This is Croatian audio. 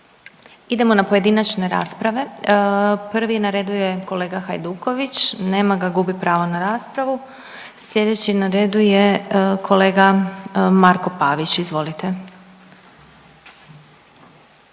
Idemo na pojedinačne rasprave. Prvi na redu je kolega Hajduković, nema ga, gubi pravo na raspravu. Sljedeći na redu je kolega Marko Pavić, izvolite.